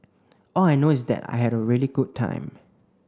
all I know is that I had a really good time